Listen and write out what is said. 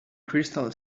crystal